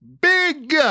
big